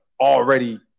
already